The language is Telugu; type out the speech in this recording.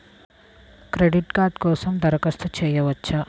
క్రెడిట్ కార్డ్ కోసం దరఖాస్తు చేయవచ్చా?